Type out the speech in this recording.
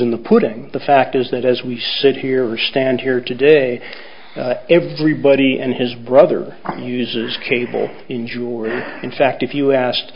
in the putting the fact is that as we sit here we stand here today everybody and his brother uses cable in juries in fact if you asked